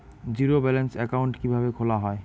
Zero balance account কিভাবে খোলা হয়?